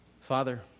Father